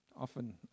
Often